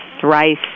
thrice